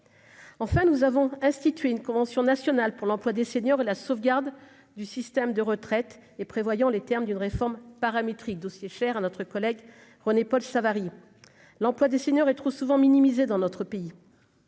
enfin nous avons institué une convention nationale pour l'emploi des seniors et la sauvegarde du système de retraite et prévoyant les termes d'une réforme paramétrique, dossier cher à notre collègue René-Paul Savary, l'emploi des seniors est trop souvent minimisé dans notre pays.